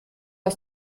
aus